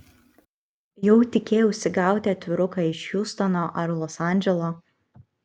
jau tikėjausi gauti atviruką iš hjustono ar los andželo